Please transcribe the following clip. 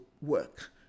work